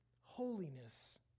holiness